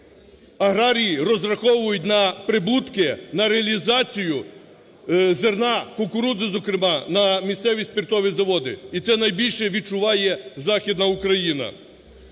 аграрії розраховують на прибутки, на реалізацію зерна, кукурудзи, зокрема, на місцеві спиртові заводи, і це найбільше відчуває Західна Україна.